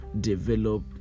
develop